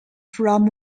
from